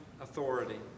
authority